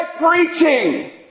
preaching